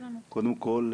קודם כול,